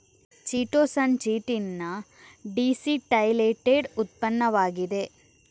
chitosan chitin ನ deacetylated ಉತ್ಪನ್ನವಾಗಿದೆ